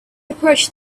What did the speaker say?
approached